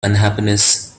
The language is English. unhappiness